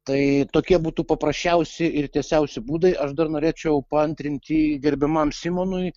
tai tokie būtų paprasčiausi ir tiesiausi būdai aš dar norėčiau paantrinti gerbiamam simonui